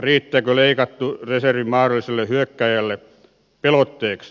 riittääkö leikattu reservi mahdolliselle hyökkääjälle pelotteeksi